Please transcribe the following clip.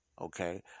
Okay